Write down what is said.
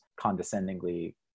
condescendingly